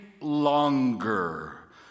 longer